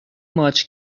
ماچ